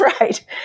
right